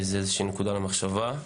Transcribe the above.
זו נקודה למחשבה.